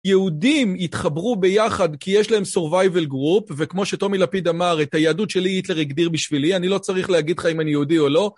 יהודים התחברו ביחד כי יש להם סורווייבל גרופ, וכמו שטומי לפיד אמר, את היהדות שלי היטלר הגדיר בשבילי, אני לא צריך להגיד לך אם אני יהודי או לא.